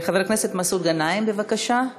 חבר הכנסת מסעוד גנאים, בבקשה.